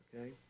Okay